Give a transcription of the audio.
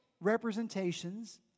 representations